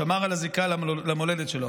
שמר על הזיקה למולדת שלו.